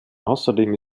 außerdem